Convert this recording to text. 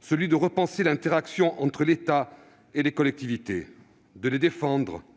celui de repenser l'interaction entre l'État et les collectivités, de défendre ces dernières